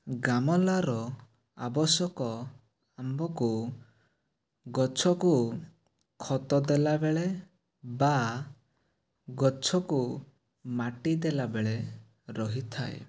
ଗାମଲା ର ଆବଶ୍ୟକ ଆମ୍ଭକୁ ଗଛ କୁ ଖତ ଦେଲାବେଳେ ବା ଗଛ କୁ ମାଟି ଦେଲାବେଳେ ରହିଥାଏ